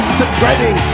subscribing